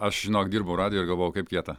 aš žinok dirbau radijoj ir galvojau kaip kieta